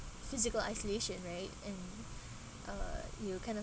physical isolation right and uh you'll kind of